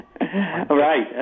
Right